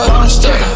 Monster